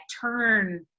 turn